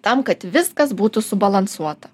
tam kad viskas būtų subalansuota